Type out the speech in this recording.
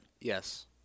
Yes